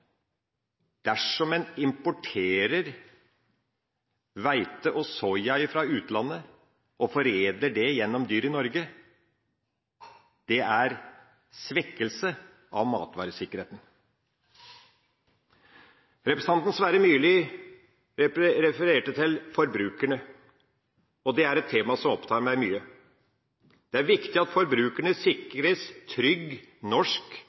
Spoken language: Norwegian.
dersom en importerer hvete og soya fra utlandet og foredler det gjennom dyr i Norge. Det er svekkelse av matvaresikkerheten. Representanten Sverre Myrli refererte til forbrukerne, og det er et tema som opptar meg veldig. Det er viktig at forbrukerne sikres trygg, norsk